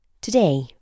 Today